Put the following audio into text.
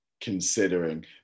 considering